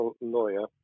lawyer